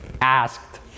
asked